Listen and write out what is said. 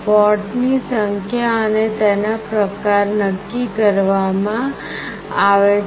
પોર્ટની સંખ્યા અને તેના પ્રકાર નક્કી કરવામાં આવે છે